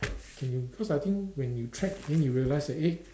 can you cause I think when you track then you realise that eh